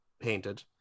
painted